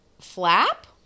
flap